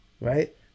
right